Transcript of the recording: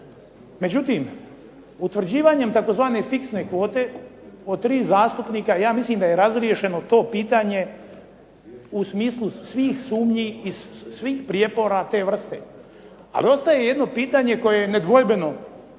Međutim, utvrđivanjem tzv. fiksne kvote od tri zastupnika ja mislim da je razriješeno to pitanje u smislu svih sumnji i svih prijepora te vrste. Ali ostaje jedno pitanje koje je nedvojbeno